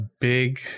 big